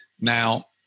now